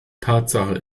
tatsache